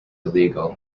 illegal